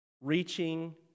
Reaching